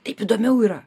taip įdomiau yra